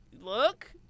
look